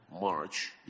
March